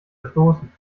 verstoßen